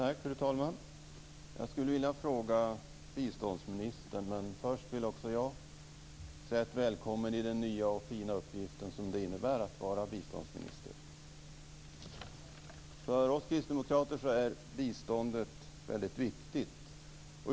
Fru talman! Jag skulle vilja ställa en fråga till biståndsministern, men först vill också jag hälsa henne välkommen till den nya och fina uppgift som det innebär att vara biståndsminister. För oss kristdemokrater är biståndet väldigt viktigt.